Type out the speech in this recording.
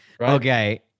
okay